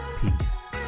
Peace